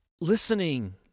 listening